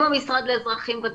עם המשרד לאזרחים ותיקים,